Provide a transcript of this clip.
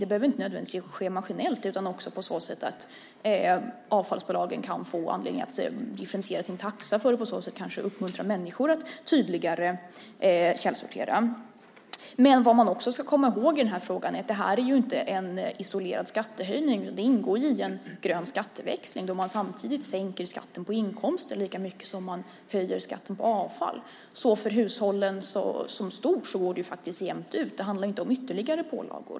Det behöver inte nödvändigtvis ske maskinellt, utan avfallsbolagen kan få anledning att differentiera sina taxor för att på så sätt kanske uppmuntra människor till att källsortera på ett tydligare sätt. Man ska också komma ihåg att detta inte är en isolerad skattehöjning. Den ingår i en grön skatteväxling där man sänker skatten på inkomst lika mycket som man höjer den på avfall. För hushållen som helhet går det jämnt ut. Det handlar alltså inte om ytterligare pålagor.